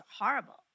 horrible